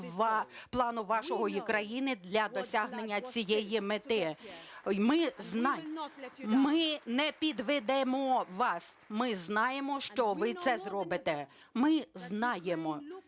плану вашої країни для досягнення цієї мети. Ми не підведемо вас, ми знаємо, що ви це зробите. Ми знаємо,